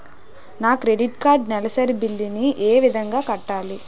నా credit card నెలసరి bill ని ఏ విధంగా కట్టాలి?